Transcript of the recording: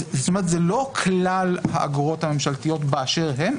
זה לא כלל האגרות הממשלתיות באשר הן,